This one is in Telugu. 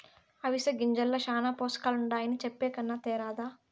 అవిసె గింజల్ల శానా పోసకాలుండాయని చెప్పే కన్నా తేరాదా